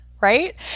right